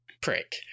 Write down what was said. prick